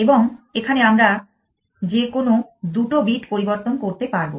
এবং এখানে আমরা যে কোনো দুটো বিট পরিবর্তন করতে পারব